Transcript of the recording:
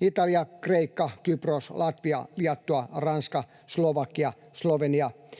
Italia, Kreikka, Kypros, Latvia, Liettua, Ranska, Slovakia, Slovenia